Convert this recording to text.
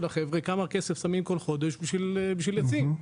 החבר'ה כמה כסף שמים כל חודש בשביל עצים.